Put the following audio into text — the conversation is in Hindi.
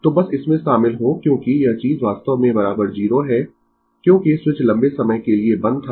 तो बस इसमें शामिल हों क्योंकि यह चीज़ वास्तव में 0 है क्योंकि स्विच लंबे समय के लिए बंद था